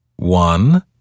One